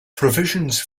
provisions